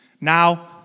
Now